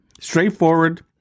Straightforward